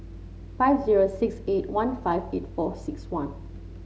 five zero six eight one five eight four six one